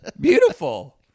Beautiful